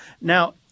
Now